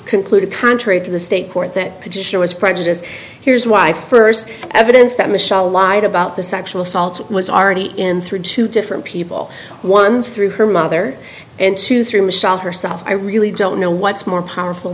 concluded contrary to the state court that petition was prejudice here's why first evidence that michelle lied about the sexual assault was already in through two different people one through her mother and two through michele herself i really don't know what's more powerful